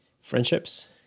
friendships